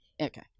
Okay